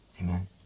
Amen